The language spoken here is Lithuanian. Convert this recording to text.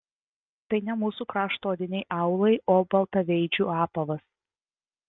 tai ne mūsų krašto odiniai aulai o baltaveidžių apavas